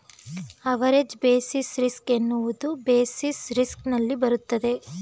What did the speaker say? average basis risk ಎನ್ನುವುದು basis risk ನಲ್ಲಿ ಬರುತ್ತದೆ